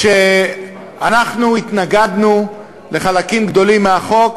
שאנחנו התנגדנו לחלקים גדולים מהחוק.